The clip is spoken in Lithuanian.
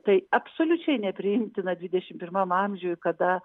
tai absoliučiai nepriimtina dvidešim pirmam amžiuj kada